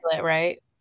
right